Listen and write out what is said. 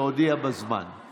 והודיעה בזמן.